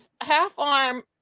half-arm